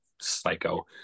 psycho